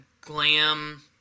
glam